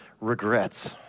regrets